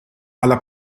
alla